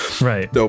Right